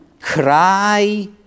cry